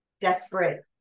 desperate